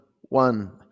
one